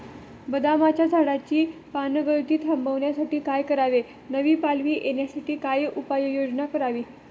बदामाच्या झाडाची पानगळती थांबवण्यासाठी काय करावे? नवी पालवी येण्यासाठी काय उपाययोजना करावी?